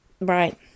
right